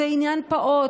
זה עניין פעוט,